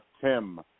Tim